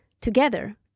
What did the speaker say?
together